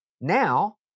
Now